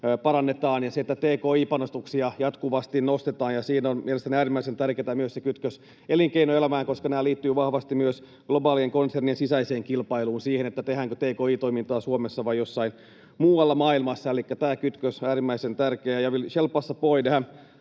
parannetaan ja että tki-panostuksia jatkuvasti nostetaan. Siinä on mielestäni äärimmäisen tärkeätä myös se kytkös elinkeinoelämään, koska nämä liittyvät vahvasti myös globaalien konsernien sisäiseen kilpailuun eli siihen, tehdäänkö tki-toimintaa Suomessa vai jossain muualla maailmassa. Elikkä tämä kytkös on äärimmäisen tärkeä. Jag vill själv passa